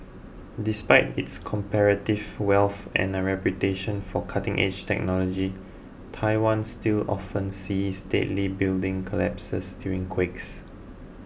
despite its comparative wealth and a reputation for cutting edge technology Taiwan still often sees deadly building collapses during quakes